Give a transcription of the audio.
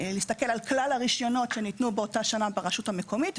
להסתכל על כלל הרישיונות שניתנו באותה שנה ברשות המקומית,